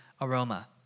aroma